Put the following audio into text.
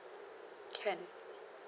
can